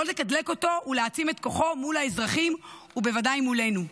לא לתדלק אותו ולהעצים את כוחו מול האזרחים ובוודאי מולנו.